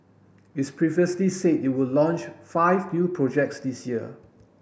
it's previously said it would launch five new projects this year